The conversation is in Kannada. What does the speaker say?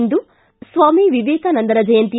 ಇಂದು ಸ್ವಾಮಿ ವಿವೇಕಾನಂದರ ಜಯಂತಿ